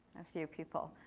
a few people.